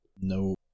no